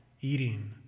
eating